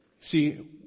See